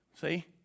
See